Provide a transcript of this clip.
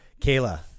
Kayla